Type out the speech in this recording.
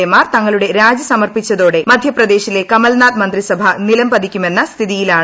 A മാർ തങ്ങളുടെ രാജി സമർപ്പിച്ചതോടെ മധ്യപ്രദേശിലെ കമൽനാഥ് മന്ത്രിസഭ നിലംപതിക്കുമെന്ന സ്ഥിതിയിലാണ്